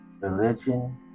Religion